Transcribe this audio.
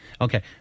Okay